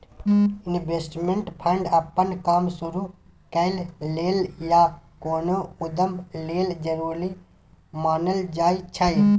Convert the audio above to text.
investment fund अप्पन काम शुरु करइ लेल या कोनो उद्यम लेल जरूरी मानल जाइ छै